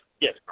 Yes